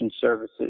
services